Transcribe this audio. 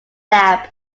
lab